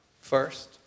first